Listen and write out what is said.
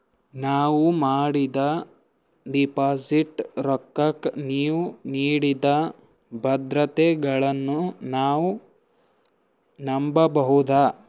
ನಾವು ಮಾಡಿದ ಡಿಪಾಜಿಟ್ ರೊಕ್ಕಕ್ಕ ನೀವು ನೀಡಿದ ಭದ್ರತೆಗಳನ್ನು ನಾವು ನಂಬಬಹುದಾ?